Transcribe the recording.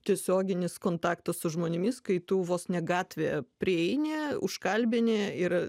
tiesioginis kontaktas su žmonėmis kai tu vos ne gatvėje prieini užkalbini ir